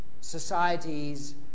societies